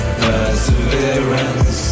perseverance